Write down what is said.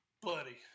buddy